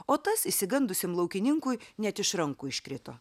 o tas išsigandusiam laukininkui net iš rankų iškrito